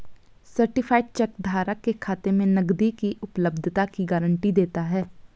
certified cheque धारक के खाते में नकदी की उपलब्धता की गारंटी देता है